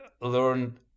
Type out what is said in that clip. learn